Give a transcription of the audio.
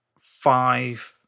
five